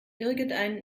irgendeinen